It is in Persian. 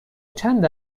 چند